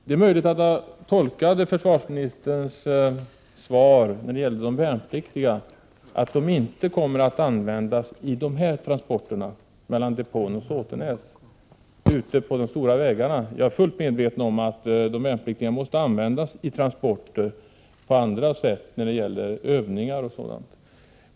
Det är möjligt att man kan tolka vad försvarsministern sade så, att de värnpliktiga inte kommer att användas vid transporterna ute på de stora vägarna mellan depån och Såtenäs. Jag är fullt medveten om att de värnpliktiga måste användas vid transporter på andra sätt när det gäller övningar och sådant.